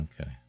okay